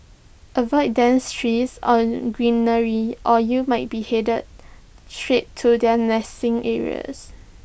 avoid dense trees or greenery or you might be headed straight to their nesting areas